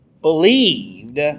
believed